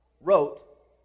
wrote